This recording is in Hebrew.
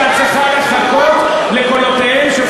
אתה צריך לתמוך בי שאני מסכימה עם שוויון,